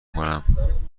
کنم